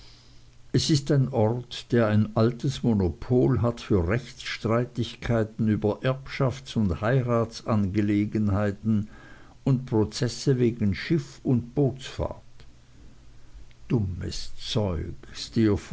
es ist ein ort der ein altes monopol hat für rechtsstreitigkeiten über erbschafts und heiratsangelegenheiten und prozesse wegen schiff und bootfahrt dummes zeug